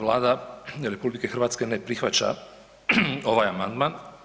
Vlada RH ne prihvaća ovaj amandman.